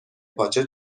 پاچه